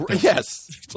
yes